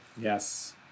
Yes